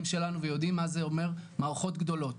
שלנו ויודעים מה זה אומר מערכות גדולות,